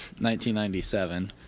1997